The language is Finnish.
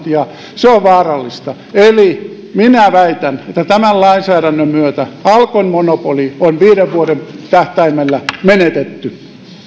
ja se on vaarallista eli minä väitän että tämän lainsäädännön myötä alkon monopoli on viiden vuoden tähtäimellä menetetty